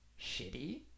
shitty